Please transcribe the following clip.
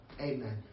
amen